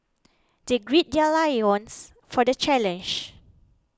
they gird their loins for the challenge